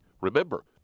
Remember